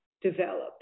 develop